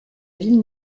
ville